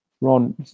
ron